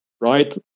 right